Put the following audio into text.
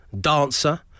dancer